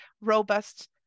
robust